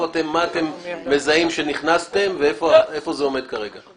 מה אתם מזהים שנכנסתם ואיפה זה עומד כרגע.